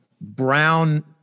brown